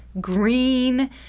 green